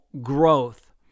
growth